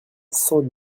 cent